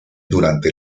durante